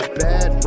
bad